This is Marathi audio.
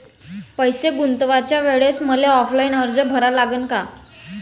पैसे गुंतवाच्या वेळेसं मले ऑफलाईन अर्ज भरा लागन का?